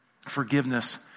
Forgiveness